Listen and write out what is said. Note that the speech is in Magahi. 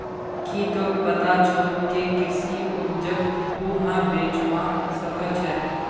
की तोक पता छोक के कृषि उपजक कुहाँ बेचवा स ख छ